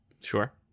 Sure